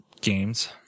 games